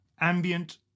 ambient